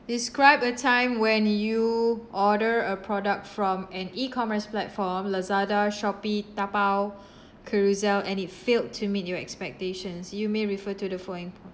describe a time when you order a product from an E-commerce platform Lazada Shopee Taobao Carousell and it failed to meet your expectations you may refer to the following point